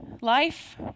Life